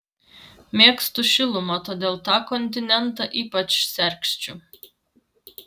mėgstu šilumą todėl tą kontinentą ypač sergsčiu